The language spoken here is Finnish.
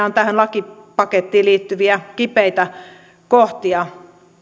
on tähän lakipakettiin liittyviä kipeitä kohtia